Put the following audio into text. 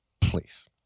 please